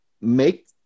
make